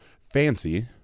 fancy